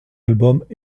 albums